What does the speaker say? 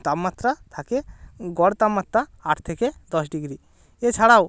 তাপমাত্রা থাকে গড় তাপমাত্রা আট থেকে দশ ডিগ্রি এছাড়াও